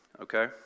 Okay